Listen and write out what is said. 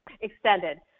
Extended